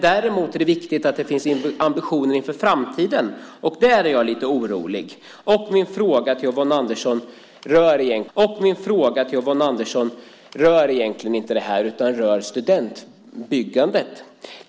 Det är dock viktigt att det även finns ambitioner för framtiden, och där är jag lite orolig. Min fråga till Yvonne Andersson rör emellertid inte detta utan byggandet av studentbostäder.